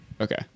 Okay